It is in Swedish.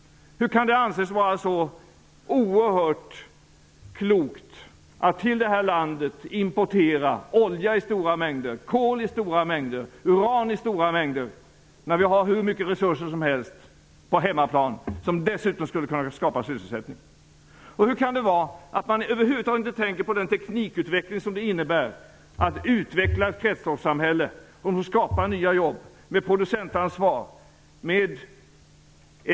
Hur kan det anses vara så oerhört klokt att till vårt land importera olja i stora mängder, kol i stora mängder, uran i stora mängder, när vi har hur mycket resurser som helst på hemmaplan, resurser som dessutom skulle kunna skapa sysselsättning. Hur kan det vara så att man över huvud taget inte tänker på den teknikutveckling som innebär att man utvecklar ett kretsloppssamhälle och som skapar nya jobb med producentansvar.